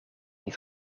niet